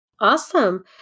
Awesome